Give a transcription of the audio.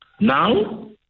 Now